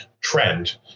trend